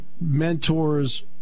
mentors